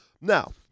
Now